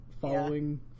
following